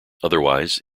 otherwise